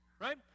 Right